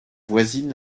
voisine